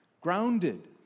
grounded